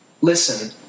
Listen